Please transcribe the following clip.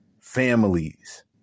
families